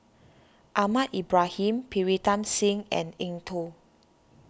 Ahmad Ibrahim Pritam Singh and Eng Tow